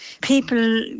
people